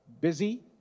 busy